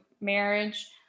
marriage